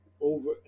over